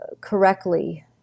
correctly